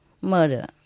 murder